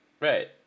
Right